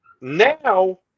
now